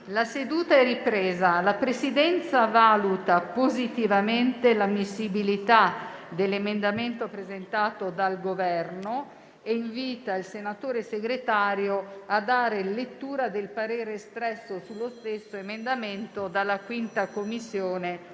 alle ore 18,47)*. La Presidenza valuta positivamente l'ammissibilità dell'emendamento presentato dal Governo e invita il senatore Segretario a dare lettura del parere espresso sullo stesso emendamento dalla 5a Commissione